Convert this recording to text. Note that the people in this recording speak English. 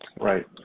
Right